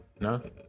No